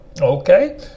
okay